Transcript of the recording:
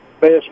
best